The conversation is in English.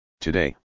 Today